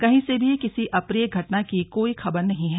कहीं से भी किसी अप्रिय घटना की कोई खबर नहीं है